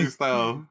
style